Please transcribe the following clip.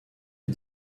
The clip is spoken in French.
des